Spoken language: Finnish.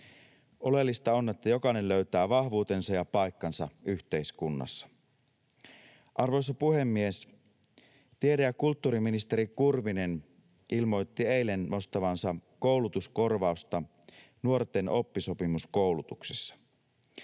Oleellista on, että jokainen löytää vahvuutensa ja paikkansa yhteiskunnassa. Arvoisa puhemies! Tiede- ja kulttuuriministeri Kurvinen ilmoitti eilen nostavansa koulutuskorvausta nuorten oppisopimuskoulutuksessa.